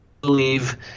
believe